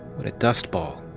what a dustball.